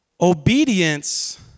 Obedience